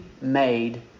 made